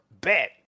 Bet